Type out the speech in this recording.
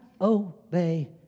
obey